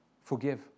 forgive